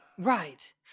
right